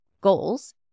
goals